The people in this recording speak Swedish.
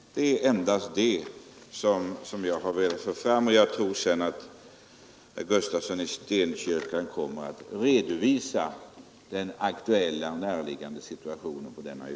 Det är endast detta jag har velat föra fram. Jag tror att herr Gustafsson i Stenkyrka kommer att redovisa den aktuella och näraliggande situationen på denna ö.